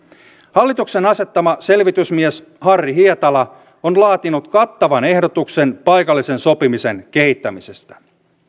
hallituksen asettama selvitysmies harri hietala on laatinut kattavan ehdotuksen paikallisen sopimisen kehittämisestä